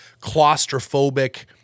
claustrophobic